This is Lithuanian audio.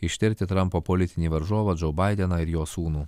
ištirti trampo politinį varžovą džo baideną ir jo sūnų